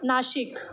Nashik